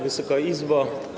Wysoka Izbo!